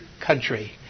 country